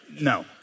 No